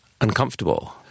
uncomfortable